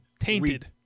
Tainted